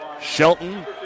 Shelton